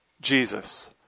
Jesus